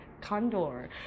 Condor